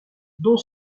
dont